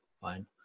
fine